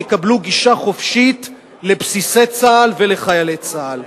יקבלו גישה חופשית לבסיסי צה"ל ולחיילי צה"ל.